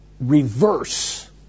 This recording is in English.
Reverse